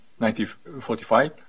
1945